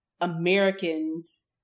Americans